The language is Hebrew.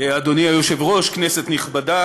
לוועדת הפנים והגנת הסביבה להמשך דיון.